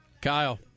kyle